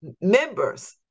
members